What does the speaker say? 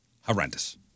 Horrendous